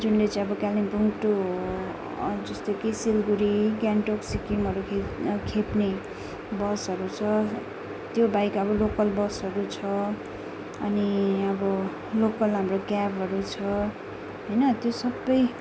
जुनले चाहिँ अब कालिम्पोङ टू जस्तो कि सिलगढी गान्तोक सिक्किमहरू खे खेप्ने बसहरू छ त्यो बाहेक अब लोकल बसहरू छ अनि अब लोकल हाम्रो क्याबहरू छ होइन त्यो सबै